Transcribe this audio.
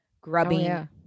grubbing